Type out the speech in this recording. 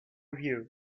view